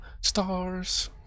stars